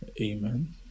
Amen